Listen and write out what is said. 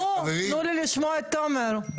נו, תנו לי לשמוע את תומר.